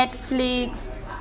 ya like T_V like Netflix